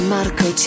Marco